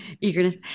eagerness